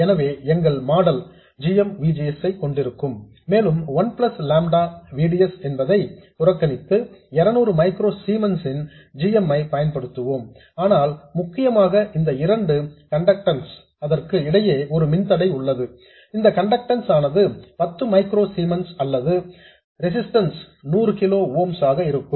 எனவே எங்கள் model g m V G S ஐ கொண்டிருக்கும் மேலும் 1 plus lambda V D S என்பதை புறக்கணித்து 200 மைக்ரோ சீமன்ஸ் ன் g m ஐ பயன்படுத்துவோம் ஆனால் முக்கியமாக இந்த இரண்டு கண்டக்டன்ஸ் க்கு இடையே ஒரு மின்தடை உள்ளது அந்த கண்டக்டன்ஸ் ஆனது 10 மைக்ரோ சீமன்ஸ் அல்லது அதன் ரெசிஸ்டன்ஸ் 100 கிலோ ஓம்ஸ் ஆக இருக்கும்